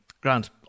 Grant